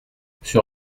sur